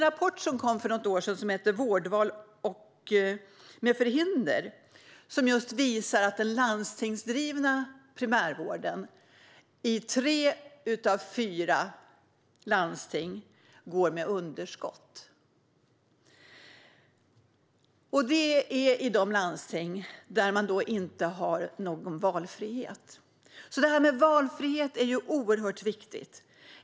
Rapporten Vårdval med förhinder visar att den landstingsdrivna primärvården i tre av fyra landsting går med underskott. Det sker i de landsting där det inte finns valfrihet. Valfrihet är oerhört viktigt.